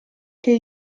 che